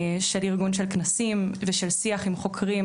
של ארגון של כנסים ושל שיח עם חוקרים,